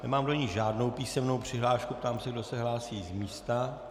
Nemám do ní žádnou písemnou přihlášku, ptám se, kdo se hlásí z místa.